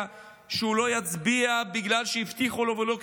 שהוא לא יצביע בגלל שהבטיחו לו ולא קיימו,